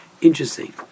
Interesting